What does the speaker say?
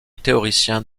théoricien